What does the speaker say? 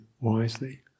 wisely